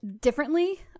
differently